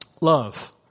Love